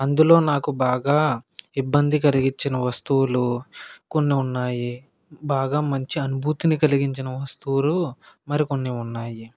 అందులో నాకు బాగా ఇబ్బంది కలిగిచ్చిన వస్తువులు కొన్ని ఉన్నాయి బాగా మంచి అనుభూతిని కలిగించిన వస్తువులు మరికొన్ని వున్నాయి